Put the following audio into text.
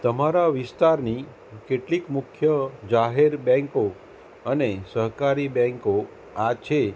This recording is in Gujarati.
તમારા વિસ્તારની કેટલીક મુખ્ય જાહેર બેન્કો અને સહકારી બેન્કો આ છે